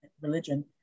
religion